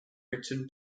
written